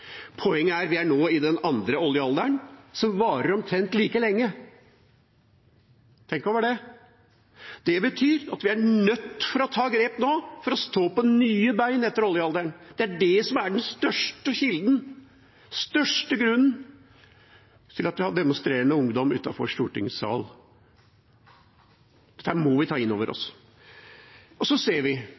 Poenget er at vi nå er i den andre oljealderen, som varer omtrent like lenge. Tenk over det. Det betyr at vi er nødt til å ta grep nå for å stå på nye bein etter oljealderen. Det er det som er den største grunnen til at vi har demonstrerende ungdom utenfor Stortingets sal. Dette må vi ta inn over oss. Og så ser vi